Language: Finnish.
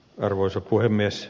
arvoisa puhemies